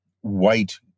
white